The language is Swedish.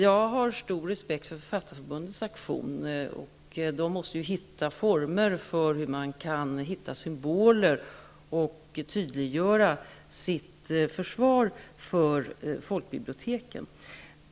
Jag har stor respekt för Författarförbundets aktion och att man måste hitta former för att finna symboler och tydliggöra sitt försvar för folkbiblioteken.